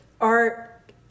art